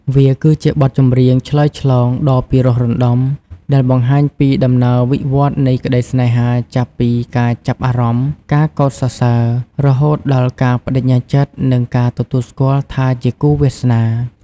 វាគឺជាបទចម្រៀងឆ្លើយឆ្លងដ៏ពីរោះរណ្តំ ដែលបង្ហាញពីដំណើរវិវត្តន៍នៃក្តីស្នេហាចាប់ពី ការចាប់អារម្មណ៍ ការកោតសរសើរ រហូតដល់ការប្តេជ្ញាចិត្ត និងការទទួលស្គាល់ថាជាគូវាសនា។